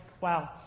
wow